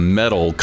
metal